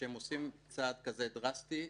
כשהם עושים צעד דרסטי כזה,